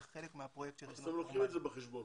זה חלק מהפרויקט של --- אז אתם לוקחים את זה בחשבון.